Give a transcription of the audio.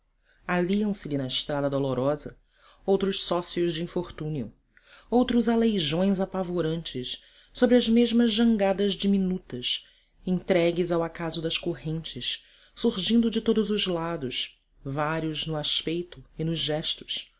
isolado aliam se lhe na estrada dolorosa outros sócios de infortúnio outros aleijões apavorantes sobre as mesmas jangadas diminutas entregues ao acaso das correntes surgindo de todos os lados varios no aspeto e nos gestos